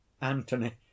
Antony